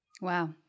Wow